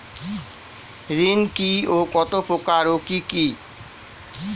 ঋণ কি ও কত প্রকার ও কি কি?